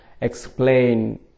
explain